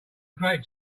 great